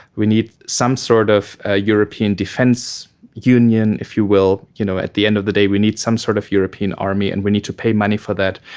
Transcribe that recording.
we need some sort of a european defence union, if you will, you know at the end of the day we need some sort of european army and we need to pay money for that.